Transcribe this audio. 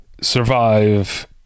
survive